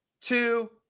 two